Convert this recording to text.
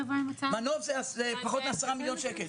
מנוף זה פחות מ-10 מיליון שקל.